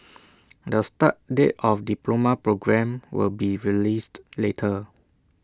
the start date of the diploma programme will be released later